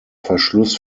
verschluss